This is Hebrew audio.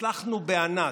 הצלחנו בענק.